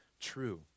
true